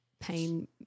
pain